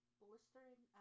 blistering